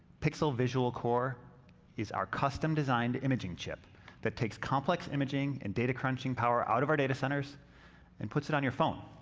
pixel visual core is our custom-designed imaging chip that takes complex imaging and data crunching power out of our data centers and puts it on your phone.